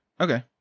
Okay